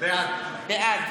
בעד